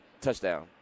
Touchdown